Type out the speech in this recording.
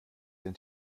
den